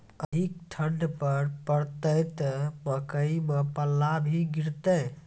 अधिक ठंड पर पड़तैत मकई मां पल्ला भी गिरते?